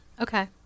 Okay